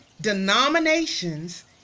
denominations